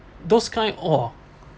those kind !wah!